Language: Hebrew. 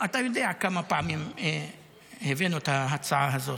אתה יודע כמה פעמים הבאנו את ההצעה הזאת.